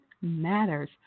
matters